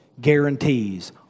guarantees